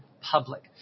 public